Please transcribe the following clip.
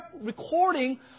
recording